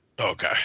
Okay